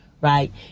right